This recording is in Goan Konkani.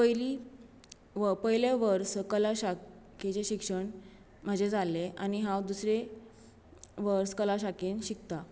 पयलीं पयल्या वर्स कला शाखें शाखेचें शिक्षण म्हजें जालें आनी हांव दुसरे वर्स कला शाखेंत शिकतां